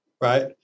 right